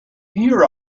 here